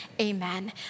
amen